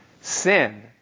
sin